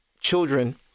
children